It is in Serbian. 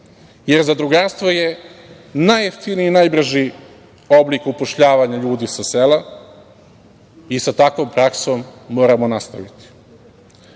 jer zadrugarstvo je najfiniji i najbrži oblik upošljavanja ljudi sa sela i sa takvom praksom moramo nastaviti. Tako